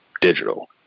digital